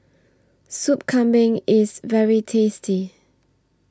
Soup Kambing IS very tasty